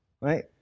right